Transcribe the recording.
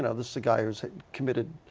and the so guy who has committed,